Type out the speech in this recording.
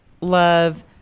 love